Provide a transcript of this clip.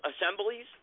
assemblies